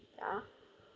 ya